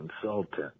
consultant